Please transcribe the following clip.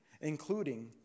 including